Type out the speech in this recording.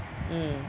mm